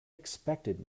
expected